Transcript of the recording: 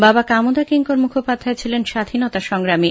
বাবা কামদা কিংকর মুখোপাধ্যায় ছিলেন স্বাধীনতা সংগ্রামী